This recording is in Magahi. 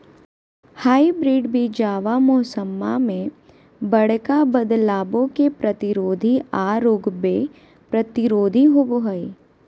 हाइब्रिड बीजावा मौसम्मा मे बडका बदलाबो के प्रतिरोधी आ रोगबो प्रतिरोधी होबो हई